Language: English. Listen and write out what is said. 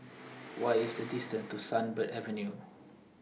What IS The distance to Sunbird Avenue